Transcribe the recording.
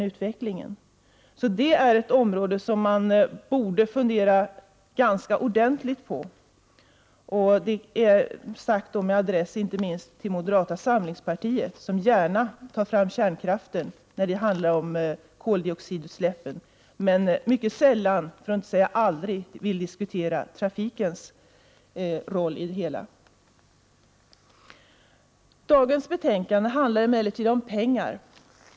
Det här är ett område som vi borde fundera ordentligt på — detta med adress inte minst till moderaterna som ju gärna tar fram kärnkraften när det handlar om koldioxidutsläpp och mycket sällan, för att inte säga aldrig, vill diskutera trafikens roll i det hela. Dagens betänkande handlar dock om pengar.